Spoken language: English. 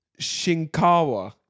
Shinkawa